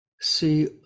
see